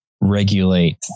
regulate